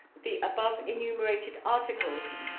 the above-enumerated articles,